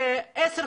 בעשר,